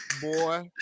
Boy